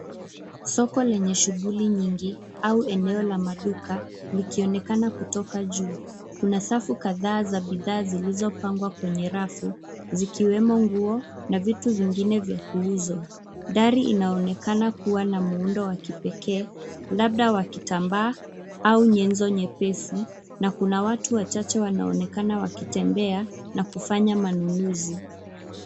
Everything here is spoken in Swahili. Soko lenye shughuli nyingi au eneo la maduka likionekana kutoka juu. Kuna safu kadhaa za bidhaa zilizopangwa kwenye rafu zikiwemo nguo na vitu vingine vya kuuzwa. Dari inaonekana kuwa na muundo wa kipekee labda wakitambaa au nyenzo nyepesi na kuna watu wachache wanaonekana wakitembea na kufanya manunuzi.